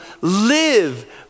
live